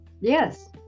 yes